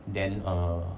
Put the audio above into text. then err